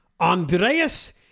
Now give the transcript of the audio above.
Andreas